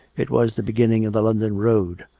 it was the beginning of the london road,